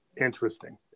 interesting